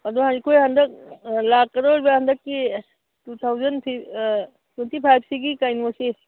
ꯑꯗꯨ ꯑꯩꯈꯣꯏ ꯍꯟꯗꯛ ꯂꯥꯛꯀꯗꯧꯔꯤꯕ ꯍꯟꯗꯛꯀꯤ ꯇꯨ ꯊꯥꯎꯖꯟ ꯇ꯭ꯋꯦꯟꯇꯤ ꯐꯥꯏꯚꯁꯤꯒꯤ ꯀꯩꯅꯣꯁꯤ